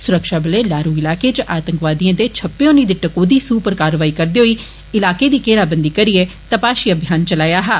सुरक्षाबलें लारु इलाके च आतंकवादिएं दे छप्पे होने दी टकोहदी सूह उप्पर कारवाई करदे होई इलाके दी घेराबंदी करिए तपाशी अभियान चलाया हा